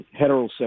heterosexual